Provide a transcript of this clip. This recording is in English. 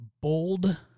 bold